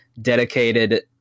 dedicated